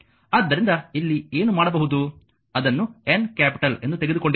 ಆದ್ದರಿಂದ ಇಲ್ಲಿ ಏನು ಮಾಡಬಹುದು ಅದನ್ನು Nನೇ ಕ್ಯಾಪಿಟಲ್ ಎಂದು ತೆಗೆದುಕೊಂಡಿದೆ